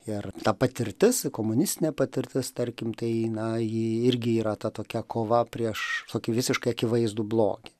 ir ta patirtis komunistinė patirtis tarkim tai na ji irgi yra ta tokia kova prieš tokį visiškai akivaizdų blogį